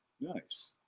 Nice